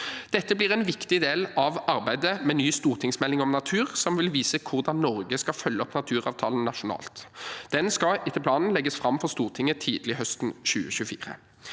Dette blir en viktig del av arbeidet med en ny stortingsmelding om natur, som vil vise hvordan Norge skal følge opp naturavtalen nasjonalt. Den stortingsmeldingen skal etter planen legges fram for Stortinget tidlig høsten 2024.